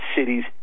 cities